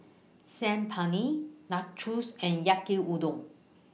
Saag Paneer Nachos and Yaki Udon